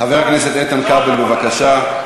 חבר הכנסת איתן כבל, בבקשה.